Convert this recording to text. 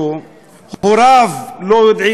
הוריו לא יודעים מה האשמה,